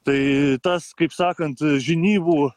tai tas kaip sakant žinybų